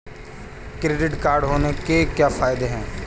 Credit card होने के क्या फायदे हैं?